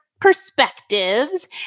perspectives